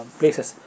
places